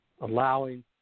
allowing